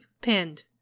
pinned